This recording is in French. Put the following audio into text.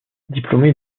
diplômé